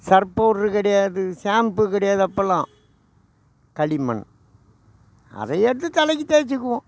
Surf powder கிடையாது shampoo கிடையாது அப்போதுலாம் களிமண் அதை எடுத்து தலைக்கு தேச்சுக்குவோம்